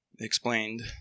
explained